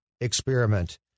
experiment